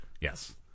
Yes